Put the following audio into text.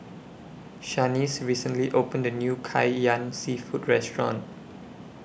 Shanice recently opened A New Kai Ian Seafood Restaurant